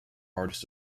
artists